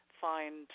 find